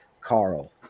Carl